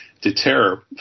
deter